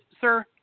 Sir